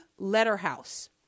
Letterhouse